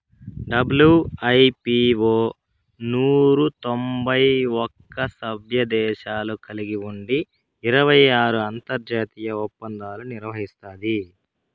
WIPO నూరు తొంభై ఒక్క సభ్యదేశాలు కలిగి ఉండి ఇరవై ఆరు అంతర్జాతీయ ఒప్పందాలు నిర్వహిస్తాది